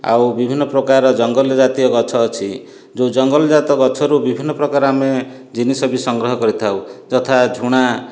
ଆଉ ବିଭିନ୍ନ ପ୍ରକାର ଜଙ୍ଗଲୀୟ ଜାତୀୟ ଗଛ ଅଛି ଯେଉଁ ଜଙ୍ଗଲ ଜାତୀୟ ଗଛରୁ ବିଭିନ ପ୍ରକାରର ଆମେ ଜିନିଷ ବି ସଂଗ୍ରହ କରିଥାଉ ଯଥା ଝୁଣା